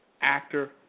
Actor